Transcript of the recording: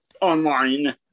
online